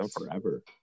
Forever